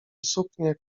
suknię